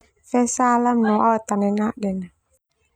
Fe salam no au atane naden na.